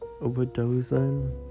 overdosing